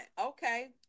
Okay